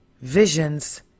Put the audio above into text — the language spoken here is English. Visions